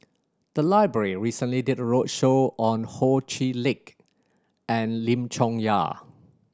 the library recently did a roadshow on Ho Chee Lick and Lim Chong Yah